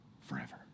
forever